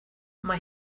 mae